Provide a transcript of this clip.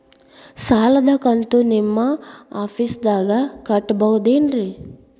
ಸಾಲದ ಕಂತು ನಿಮ್ಮ ಆಫೇಸ್ದಾಗ ಕಟ್ಟಬಹುದೇನ್ರಿ?